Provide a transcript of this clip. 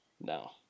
No